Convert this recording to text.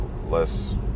less